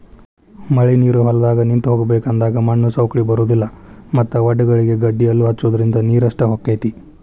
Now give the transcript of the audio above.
ಮಳಿನೇರು ಹೊಲದಾಗ ನಿಂತ ಹೋಗಬೇಕ ಅಂದಾಗ ಮಣ್ಣು ಸೌಕ್ಳಿ ಬರುದಿಲ್ಲಾ ಮತ್ತ ವಡ್ಡಗಳಿಗೆ ಗಡ್ಡಿಹಲ್ಲು ಹಚ್ಚುದ್ರಿಂದ ನೇರಷ್ಟ ಹೊಕೈತಿ